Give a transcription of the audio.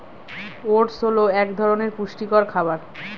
oats হল এক ধরনের পুষ্টিকর খাবার